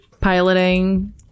piloting